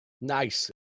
Nice